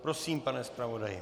Prosím, pane zpravodaji.